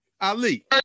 Ali